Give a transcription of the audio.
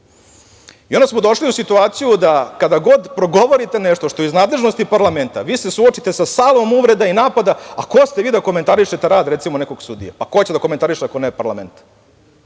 doma. Onda smo došli u situaciju da kada god progovorite nešto što je iz nadležnosti parlamenta vi se suočite sa … uvreda i napada, a ko ste vi da komentarišete rad, recimo nekog sudije? Ko će da komentariše ako ne parlament.